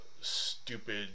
stupid